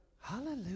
Hallelujah